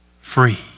free